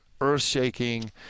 earth-shaking